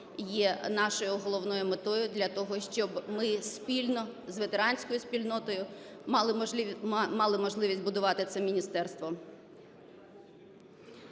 є нашою головною метою, для того щоб ми спільно з ветеранською спільнотою мали можливість будувати це міністерство.